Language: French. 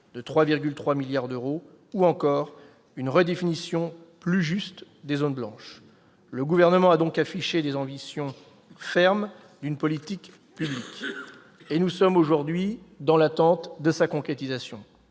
de 3,3 milliards d'euros ; ou encore une redéfinition plus juste des « zones blanches ». Le Gouvernement a donc affiché les ambitions fermes d'une politique publique, et nous sommes aujourd'hui dans l'attente de sa concrétisation.